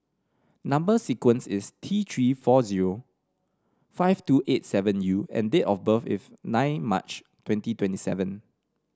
number sequence is T Three four zero five two eight seven U and date of birth is nine March twenty twenty seven